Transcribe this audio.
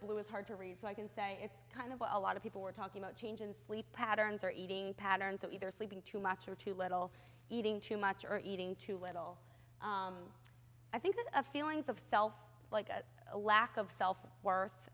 blue is hard to read so i can say it's kind of a lot of people were talking about change in sleep patterns or eating patterns of either sleeping too much or too little eating too much or eating too little i think of feelings of self like a lack of self wor